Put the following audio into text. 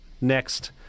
next